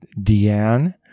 Deanne